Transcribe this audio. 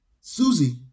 Susie